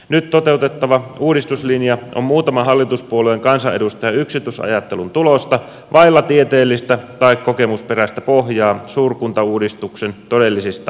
nyt toteutettava uudistuslinja on muutaman hallituspuolueen kansanedustajan yksityisajattelun tulosta vailla tieteellistä tai kokemusperäistä pohjaa suurkuntauudistuksen todellisista hyödyistä